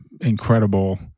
incredible